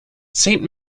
saint